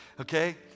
Okay